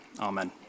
Amen